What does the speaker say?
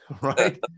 right